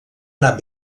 anar